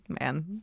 man